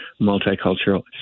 multicultural